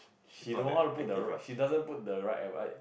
she don't know how to put the right she doesn't put the right advise